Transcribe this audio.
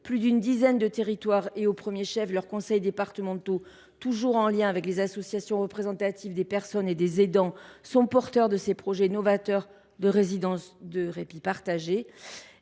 Plus d’une dizaine de territoires, avec l’appui notamment des conseils départementaux, qui sont toujours en lien avec les associations représentatives des personnes et des aidants, sont porteurs de ces projets novateurs de résidence de répit partagé.